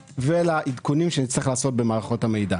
ולעדכונים שנצטרך לעשות במערכות המידע.